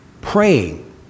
Praying